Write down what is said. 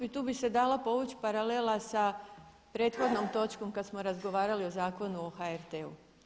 I tu bi se dala povući paralela sa prethodnom točkom kad smo razgovarali o Zakonu o HRT-u.